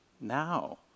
now